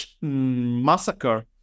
Massacre